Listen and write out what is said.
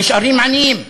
נשארים עניים,